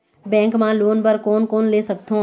Bank मा loan बर कोन कोन ले सकथों?